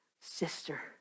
sister